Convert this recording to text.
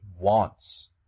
wants